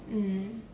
mm